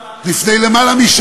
למה?